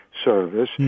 Service